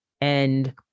And-